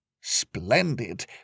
Splendid